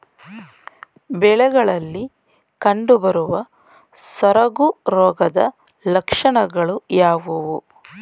ಬೆಳೆಗಳಲ್ಲಿ ಕಂಡುಬರುವ ಸೊರಗು ರೋಗದ ಲಕ್ಷಣಗಳು ಯಾವುವು?